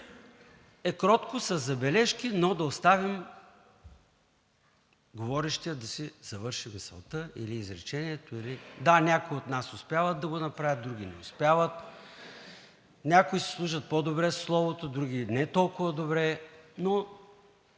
е кротко, със забележки, но да оставим говорещия да си завърши мисълта или изречението. Да, някои от нас успяват да го направят, други не успяват, някои си служат по-добре със словото, други – не толкова добре, но